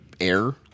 air